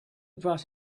brought